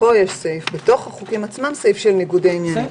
יש בתוך החוקים עצמם סעיף של ניגודי עניינים,